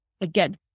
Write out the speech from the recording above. Again